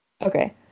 Okay